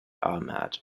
ahmad